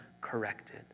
corrected